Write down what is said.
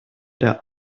der